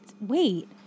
Wait